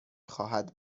خواهد